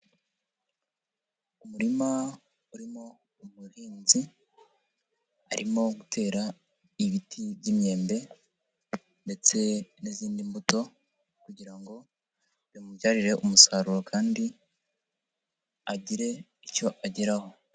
Umurima urimo umuhinzi arimo gutera ibiti by'imyembe ndetse n'izindi mbuto kugira ngo bimubyarire umusaruro kandi agire icyo ageraho.